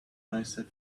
myself